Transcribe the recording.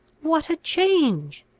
what a change!